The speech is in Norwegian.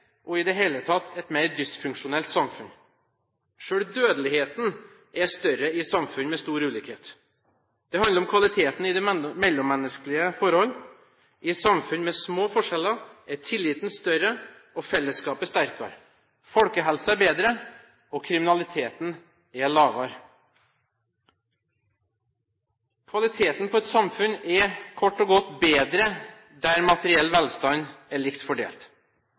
i det hele tatt et mer dysfunksjonelt samfunn. Selv dødeligheten er større i samfunn med stor ulikhet. Det handler om kvaliteten i de mellommenneskelige forhold. I samfunn med små forskjeller er tilliten større og fellesskapet sterkere, folkehelsen er bedre, og kriminaliteten er lavere. Kvaliteten på et samfunn er kort og godt bedre der materiell velstand er likt fordelt.